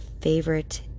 favorite